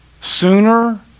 sooner